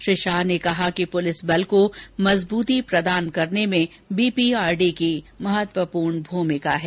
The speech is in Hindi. श्री शाह ने कहा कि पुलिस बल को मजबूती प्रदान करने में बी पी आर डी की महत्वपूर्ण भूमिका है